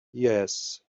yes